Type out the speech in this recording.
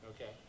Okay